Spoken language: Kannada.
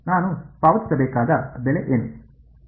ನಾನು ಪಾವತಿಸಬೇಕಾದ ಬೆಲೆ ಏನು